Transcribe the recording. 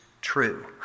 true